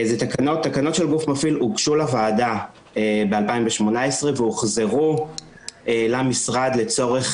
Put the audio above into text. תקנות של גוף מפעיל הוגשו לוועדה ב-2018 והוחזרו למשרד לצורך